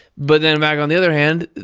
but then back on the other hand,